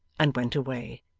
and went away,